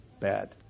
bad